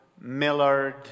Millard